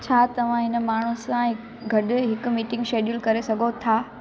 छा तव्हां हिन माण्हूअ सां गॾु हिकु मीटिंग शेड्यूल करे सघो था